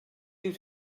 you